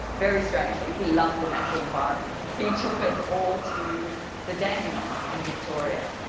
very strangely, he loved the natural environment, he took us all to the dandenongs in victoria.